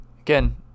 Again